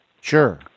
Sure